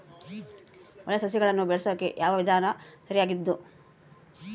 ಒಳ್ಳೆ ಸಸಿಗಳನ್ನು ಬೆಳೆಸೊಕೆ ಯಾವ ವಿಧಾನ ಸರಿಯಾಗಿದ್ದು?